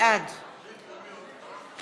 בעד